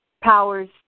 powers